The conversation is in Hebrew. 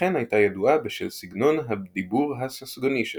וכן הייתה ידועה בשל סגנון הדיבור ה"ססגוני" שלה.